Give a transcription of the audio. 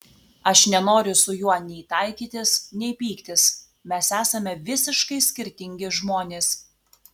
aš nenoriu su juo nei taikytis nei pyktis mes esame visiškai skirtingi žmonės